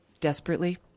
desperately –